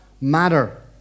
matter